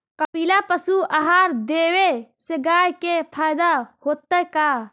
कपिला पशु आहार देवे से गाय के फायदा होतै का?